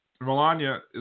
Melania